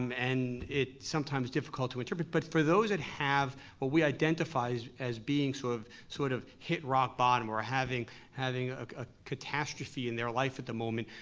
and it's sometimes difficult to interpret, but for those that have what we identify as being sort of sort of hit rock bottom or having having a catastrophe in their life at the moment,